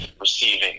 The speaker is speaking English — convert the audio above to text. receiving